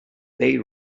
they